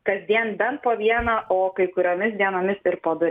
kasdien bent po vieną o kai kuriomis dienomis ir po du